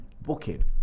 booking